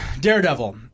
Daredevil